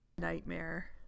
nightmare